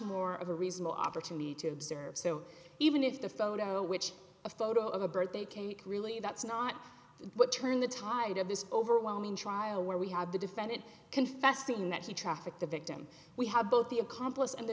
more of a reasonable opportunity to observe so even if the photo which a photo of a birthday cake really that's not what turned the tide of this overwhelming trial where we had the defendant confessing that he trafficked the victim we have both the accomplice and the